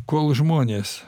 kol žmonės